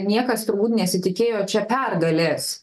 niekas turbūt nesitikėjo čia pergalės